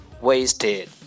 wasted